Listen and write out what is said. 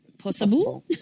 possible